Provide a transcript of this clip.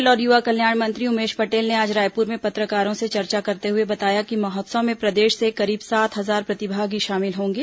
खेल और युवा कल्याण मंत्री उमेश पटेल ने आज रायपुर में पत्रकारों से चर्चा करते हुए बताया कि महोत्सव में प्रदेश से करीब सात हजार प्रतिभागी शामिल होंगे